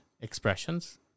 expressions